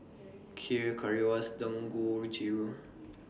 Kheer Currywurst Dangojiru